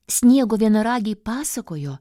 sniego vienaragiai pasakojo